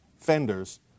fenders